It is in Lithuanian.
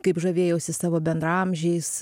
kaip žavėjausi savo bendraamžiais